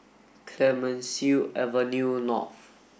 Clemenceau Avenue North